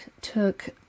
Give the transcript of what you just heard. took